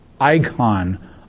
icon